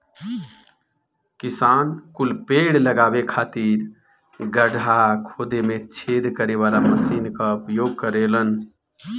किसान कुल पेड़ लगावे खातिर गड़हा खोदे में छेद करे वाला मशीन कअ उपयोग करेलन